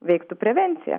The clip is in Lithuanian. veiktų prevencija